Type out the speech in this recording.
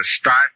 start